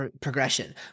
progression